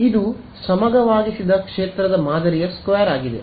ಇದು ಸಮಗವಾಗಿಸಿದ ಕ್ಷೇತ್ರದ ಮಾದರಿಯ ಸ್ಕ್ವೇರ್ ಆಗಿದೆ